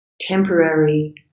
temporary